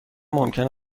ممکن